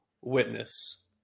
witness